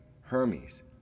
Hermes